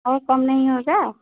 और कम नही होगा